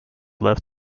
left